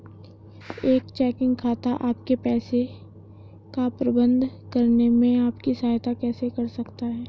एक चेकिंग खाता आपके पैसे का प्रबंधन करने में आपकी सहायता कैसे कर सकता है?